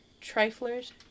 Triflers